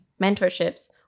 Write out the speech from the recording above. mentorships